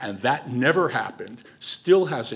and that never happened still hasn't